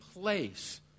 place